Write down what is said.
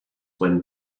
when